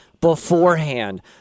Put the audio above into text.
beforehand